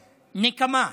נקמה.